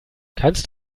kannst